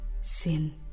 sin